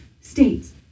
States